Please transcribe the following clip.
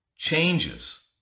Changes